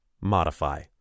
Modify